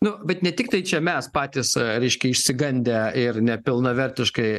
nu bet ne tiktai čia mes patys reiškia išsigandę ir nepilnavertiškai